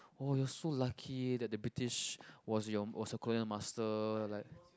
oh you are so lucky that the British was your was your colonial master like